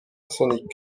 sonic